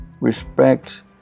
Respect